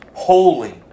Holy